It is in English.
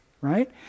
Right